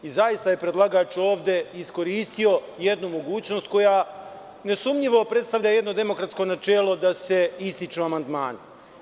Zaista je predlagač ovde iskoristio jednu mogućnost koja nesumnjivo predstavlja jedno demokratsko načelo, da se ističu amandmani.